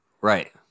Right